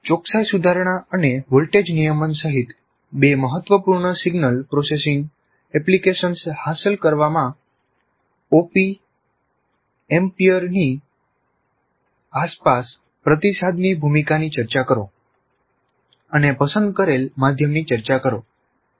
ચોકસાઇ સુધારણા અને વોલ્ટેજ નિયમન સહિત બે મહત્વપૂર્ણ સિગ્નલ પ્રોસેસિંગ એપ્લિકેશન્સ હાંસલ કરવામાં ઓપી એમ્પઅરની આસપાસ પ્રતિસાદની ભૂમિકાની ચર્ચા કરો અને પસંદ કરેલ માધ્યમની ચર્ચા છે